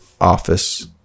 office